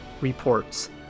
reports